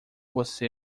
você